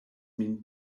min